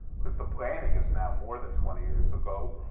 cause the planning is now more than twenty years ago,